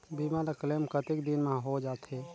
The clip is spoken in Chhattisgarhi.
बीमा ला क्लेम कतेक दिन मां हों जाथे?